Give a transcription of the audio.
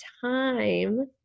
time